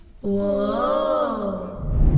Whoa